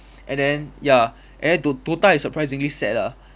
and then ya and then do~ DotA is surprisingly sad lah